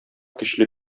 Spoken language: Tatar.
көчле